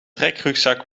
trekrugzak